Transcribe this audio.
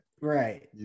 Right